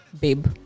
babe